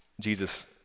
Jesus